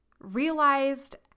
realized